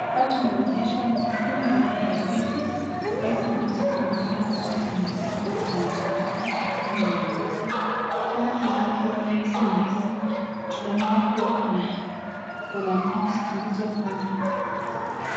Hapa tumeonyeshwa ndizi mimea ya ndizi, kwa hizi ndizi tunaona kuwa zinakaa kuwa zimekauka ngine yenye imezaa, tena tunavyoona ndizi tunaona kuwa kuna miti zilizo kando.